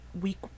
week